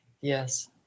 Yes